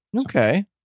Okay